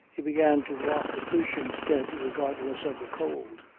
he began to walk the poop instead regardless of the cold,